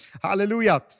Hallelujah